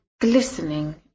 glistening